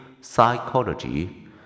psychology